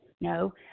No